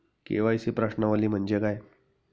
KYC प्रश्नावली म्हणजे काय?